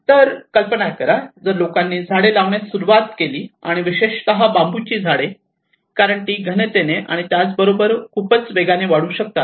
तर कल्पना करा जर लोकांनी झाडे लावण्यास सुरवात करतात आणि विशेषत बांबूची झाडे कारण ती घनतेने आणि त्याचबरोबर खूपच वेगाने वाढू शकतात